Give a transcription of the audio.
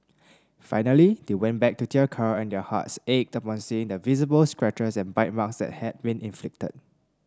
finally they went back to their car and their hearts ached upon seeing the visible scratches and bite marks that had been inflicted